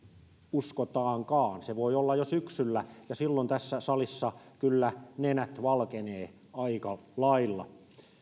uskotaankaan se voi olla jo syksyllä ja silloin tässä salissa kyllä nenät valkenevat aika lailla